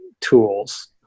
tools